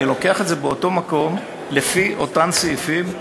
אני לוקח את זה באותו מקום, לפי אותם סעיפים.